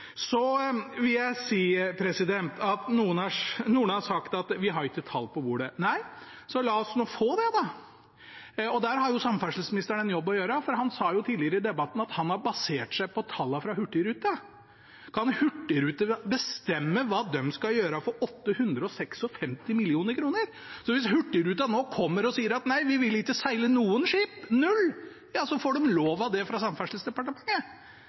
Noen har sagt at vi ikke har tall på bordet. Nei, så la oss nå få det da! Der har samferdselsministeren en jobb å gjøre, for han sa tidligere i debatten at han har basert seg på tallene fra Hurtigruten. Kan Hurtigruten bestemme hva de skal gjøre for 856 mill. kr? Hvis Hurtigruten nå kommer og sier at nei, de vil ikke seile noen skip – null – så får de lov til det av Samferdselsdepartementet?